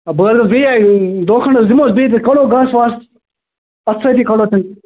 ہے بہٕ حظ بیٚیہِ دۄہ کھنٛڈ حظ دِمہوس بیٚیہِ تہٕ کڈہوس گاسہٕ واسہٕ اَتھٕ سۭتۍ کڈو تیٚلہِ